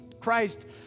Christ